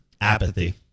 apathy